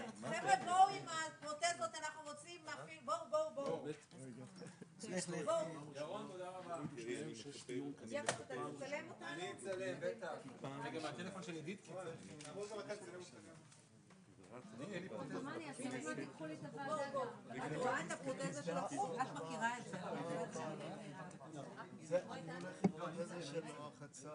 15:56.